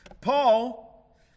Paul